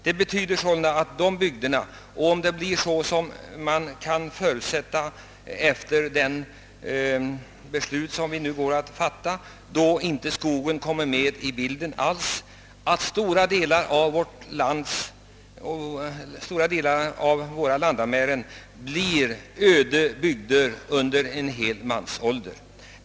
Det kan alltså bli så, enligt det beslut som kammaren snart går att fatta och enligt vilket skogen inte alls kommer med i bilden, att stora delar av vårt land kommer att utgöra ödebygd under: en hel mansålder.